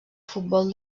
futbol